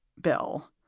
bill